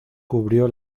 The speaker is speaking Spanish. cubrió